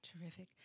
terrific